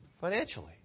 financially